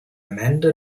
amanda